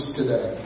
today